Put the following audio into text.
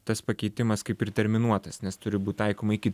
tas pakeitimas kaip ir terminuotas nes turi būt taikoma iki